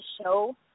show